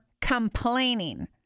complaining